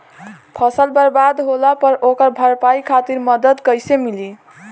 फसल बर्बाद होला पर ओकर भरपाई खातिर मदद कइसे मिली?